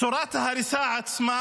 צורת ההריסה עצמה,